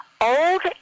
Old